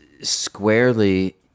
squarely